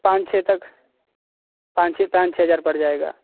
पाँच छः तक पाँच छः पाँच छः हजार पड़ जाएगा